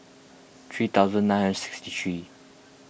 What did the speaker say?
three thousand nine hundred sixty three